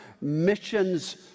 missions